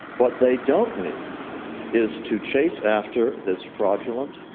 what they don't need is to chase after this fraudulent,